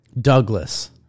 Douglas